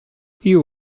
you